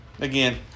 Again